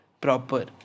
proper